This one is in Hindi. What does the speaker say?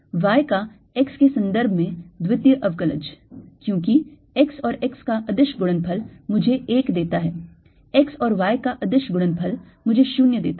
V का x के सन्दर्भ में द्वितीय अवकलज क्योंकि x और x का अदिश गुणनफल मुझे 1 देता है x और y का अदिश गुणनफल मुझे 0 देता है